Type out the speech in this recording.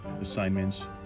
assignments